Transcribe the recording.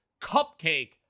cupcake